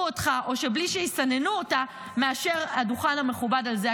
אותך או בלי שיסננו אותה מאשר מעל הדוכן המכובד הזה,